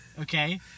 okay